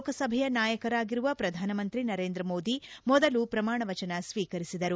ಲೋಕಸಭೆಯ ನಾಯಕರಾಗಿರುವ ಪ್ರಧಾನಮಂತ್ರಿ ನರೇಂದ್ರ ಮೋದಿ ಮೊದಲು ಪ್ರಮಾಣವಚನ ಸ್ವೀಕರಿಸಿದರು